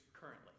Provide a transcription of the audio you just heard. currently